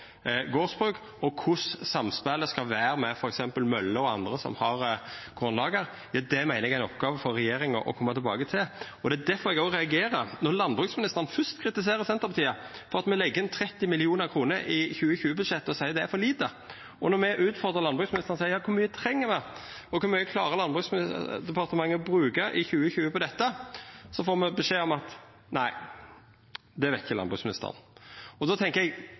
gardsbruk, og korleis samspelet skal vera med f.eks. møller og andre som har kornlager. Eg meiner det er ei oppgåve for regjeringa å koma tilbake til det. Det er difor eg reagerer når landbruksministeren først kritiserer Senterpartiet for at me legg inn 30 mill. kr i 2020-budsjettet, og seier at det er for lite. Og når me utfordrar landbruksministeren og spør kor mykje treng me, og kor mykje klarer Landbruksdepartementet å bruka på dette i 2020, får me beskjed om at det veit ikkje landbruksministeren. Då tenkjer eg at før ein kritiserer, bør ein iallfall ha svaret. Og eg